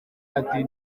ati